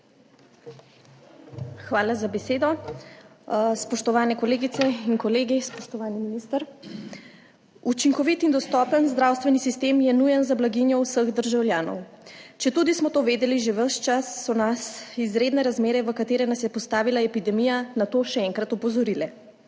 Hvala za besedo. Spoštovane kolegice in kolegi, spoštovani minister! Učinkovit in dostopen zdravstveni sistem je nujen za blaginjo vseh državljanov. Četudi smo to vedeli že ves čas, so nas izredne razmere, v katere nas je postavila epidemija, na to še enkrat opozorile.